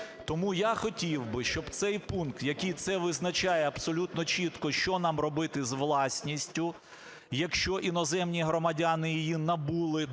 Тому я хотів би, щоб цей пункт, який це визначає абсолютно чітко, що нам робити з власністю, якщо іноземні громадяни її набули до